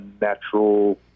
natural